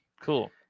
Cool